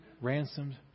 ransomed